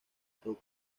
toco